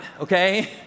okay